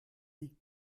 liegt